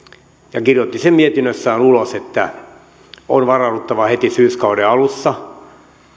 ja kirjoitti sen mietinnössään ulos että on varauduttava heti syyskauden alussa